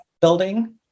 building